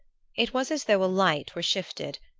it was as though a light were shifted,